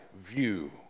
view